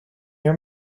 near